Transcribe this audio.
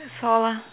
fall lah